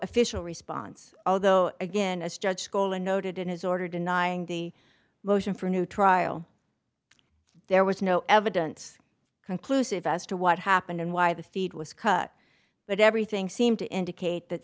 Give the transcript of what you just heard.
official response although again as judge scola noted in his order denying the motion for a new trial there was no evidence conclusive as to what happened and why the feed was cut but everything seemed to indicate that